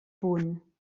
punt